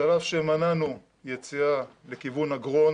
השלב שמנענו יציאה לכיוון אגרון